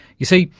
you see,